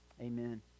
Amen